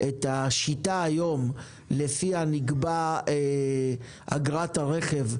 תציגו לנו את השיטה היום לפיה נקבעת אגרת הרכב,